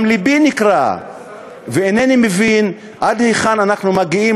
גם לבי נקרע ואינני מבין עד היכן אנחנו מגיעים